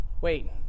wait